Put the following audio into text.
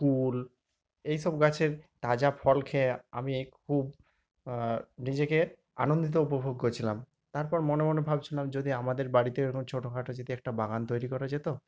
কুল এই সব গাছের তাজা ফল খেয়ে আমি খুব নিজেকে আনন্দিত উপভোগ করছিলাম তারপর মনে মনে ভাবছিলাম যদি আমাদের বাড়িতেও এরকম যদি ছোটো খাটো যদি একটা বাগান তৈরি করা যেতো